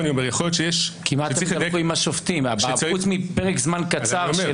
חוץ מפרק זמן קצר,